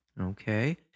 Okay